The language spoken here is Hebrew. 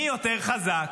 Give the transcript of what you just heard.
מי יותר חזק.